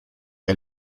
que